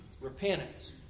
Repentance